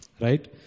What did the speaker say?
right